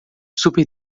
super